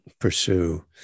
pursue